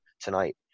tonight